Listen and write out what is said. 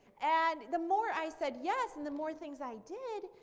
and the more i said yes and the more things i did,